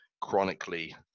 chronically